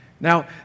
Now